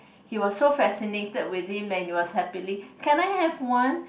he was so fascinated with him and he was happily can I have one